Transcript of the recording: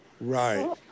Right